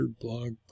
blog